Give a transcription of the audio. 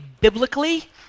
biblically